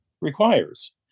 requires